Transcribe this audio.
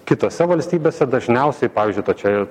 kitose valstybėse dažniausiai pavyzdžiui tai čia